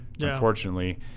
unfortunately